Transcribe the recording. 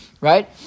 right